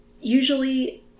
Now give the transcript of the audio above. usually